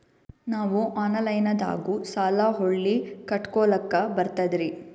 ನಾವು ಆನಲೈನದಾಗು ಸಾಲ ಹೊಳ್ಳಿ ಕಟ್ಕೋಲಕ್ಕ ಬರ್ತದ್ರಿ?